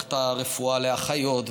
מערכת הרפואה לאחיות,